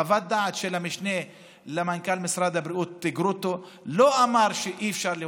חוות דעת של המשנה למנכ"ל משרד הבריאות גרוטו לא אמרה שאי-אפשר להוציא,